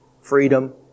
freedom